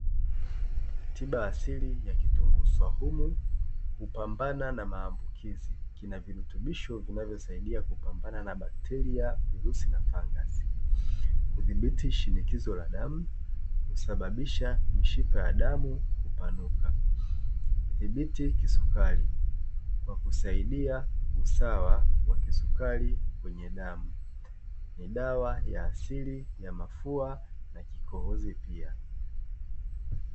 Tiba asili ya kitunguu swahumu hupambana na maambukizi kinavirutubishi inayosaidia kupambana na bakiteria virusi na fangasi, huzibiti shinikizo la damu, husababisha mishipa ya damu kupanuka. Huzibiti kisukari kwa kusaidia usawa wa kisukari kwenye damu. Ni dawa ya asili ya mafua na kikohozi pia.